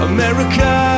America